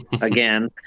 Again